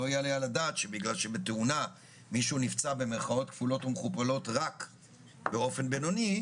לא יעלה על הדעת שבגלל שבתאונה מישהו נפצע "רק" באופן בינוני,